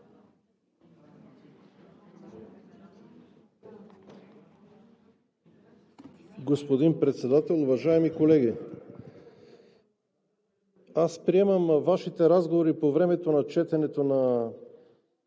Господин Председател, уважаеми колеги! Аз приемам Вашите разговори по времето на четенето на